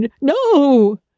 no